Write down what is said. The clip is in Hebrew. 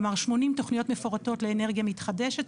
כלומר 80 תוכניות מפורטות לאנרגיה מתחדשת,